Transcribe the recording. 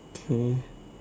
okay